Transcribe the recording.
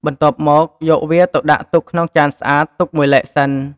បន្ទាប់មក យកវាទៅដាក់ទុកក្នុងចានស្អាត ទុកមួយឡែកសិន។